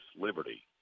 liberty